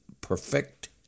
perfect